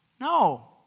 No